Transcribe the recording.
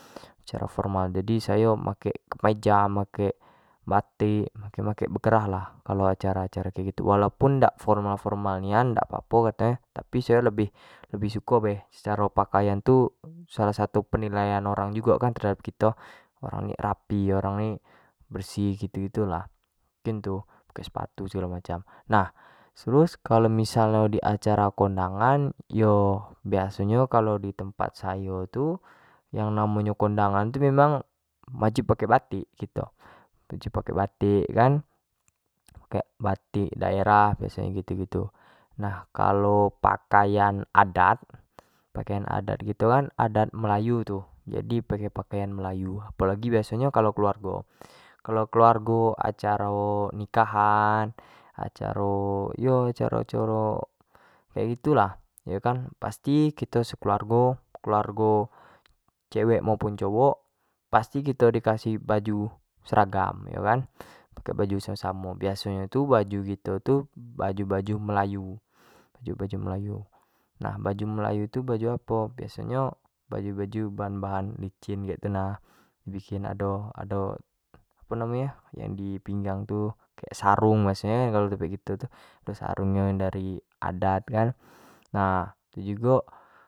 Acaro formal jadi sayo pake kemeja, pake batik, makek-makek yang bekerah lah kalua acara kek gitu, walaupun dak formal-formal nian dak apo sayo lebih, lebih suko be secara pakaian tu salah satu penilaian orang jugo kan terhadap kito, orang ni rapi, orang ni bersih kek gitu-gitu lah penilaiain orang terhadap kito gitu lah terus pake sepatu segalo macam, terus kalau acara kondangan yo biaso nyo kalau di tempat sayo tu, yang namo nyo kondangan tu wwajib pake batik gitu, wajib pake batik kan, pake batik daerah gitu kan, nah kalau pakain adat, adat melayu gitu kan jadi pake pakaian melayu, apo lagi biaso nyo kalau keluargo, kaluu keluargo acaro nikahan, acaro yo acarao-acaro kek gitu lah pasti kito sekeluargo. keluarga cowok cewek pasti kito dikasi seragam yo kan pake baju samo-samo biaso nyo kan baju kito tu pake baju-baju melayu, baju-baju melayu, nah baju melayu tu macam apo biaso baju-baju yang bahan nyo licin tu nah, bikin ado-ado yang apo namonyo yang di pinggang tu pake sarung namo nyo klau di tempat kito tu, sarung nyo yang dari adat kan, nah ado jugo.